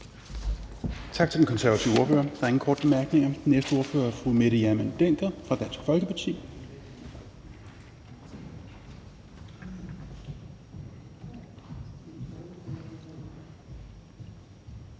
Tak til den konservative ordfører. Der er ingen korte bemærkninger. Den næste ordfører er fru Mette Hjermind Dencker fra Dansk Folkeparti.